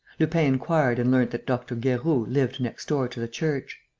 lupin inquired and learnt that dr. gueroult lived next door to the church.